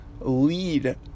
lead